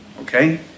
okay